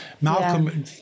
Malcolm